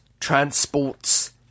transports